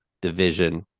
division